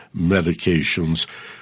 medications